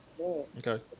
okay